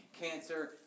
cancer